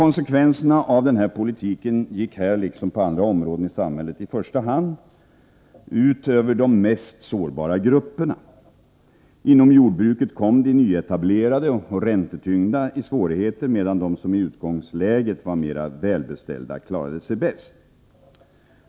Konsekvenserna av denna politik gick här, liksom på andra områden i samhället, i första hand ut över de mest sårbara grupperna. Inom jordbruket kom de nyetablerade och räntetyngda i svårigheter, medan de som i utgångsläget var mer välbeställda klarade sig bäst.